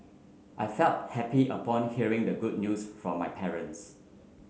I felt happy upon hearing the good news from my parents